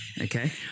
Okay